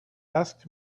asked